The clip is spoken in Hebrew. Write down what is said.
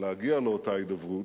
להגיע לאותה הידברות.